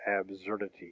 absurdity